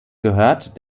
gehört